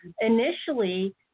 initially